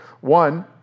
One